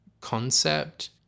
concept